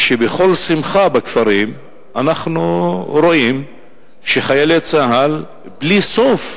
שבכל שמחה בכפרים אנחנו רואים שחיילי צה"ל יורים בלי סוף,